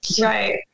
Right